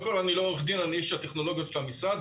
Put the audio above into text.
אני לא עורך דין, אני איש הטכנולוגיות של המשרד.